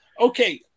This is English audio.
okay